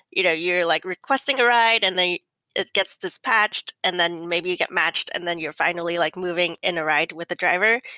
you know you're like requesting a ride and then it gets dispatched. and then maybe you get matched and then you're fi nally like moving in the ride with the driver.